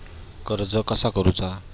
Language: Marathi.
कर्ज कसा करूचा?